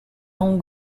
own